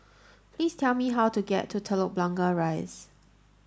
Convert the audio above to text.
please tell me how to get to Telok Blangah Rise